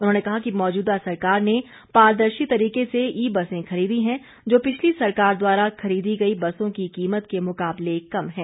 उन्होंने कहा कि मौजूदा सरकार ने पारदर्शी तरीके से ई बसें खरीदी हैं जो पिछली सरकार द्वारा खरीदी गई बसों की कीमत के मुकाबले कम है